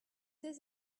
this